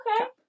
okay